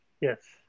Yes